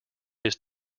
his